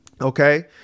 Okay